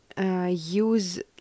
use